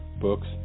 books